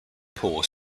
poole